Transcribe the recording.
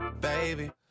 Baby